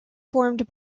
formed